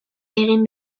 egin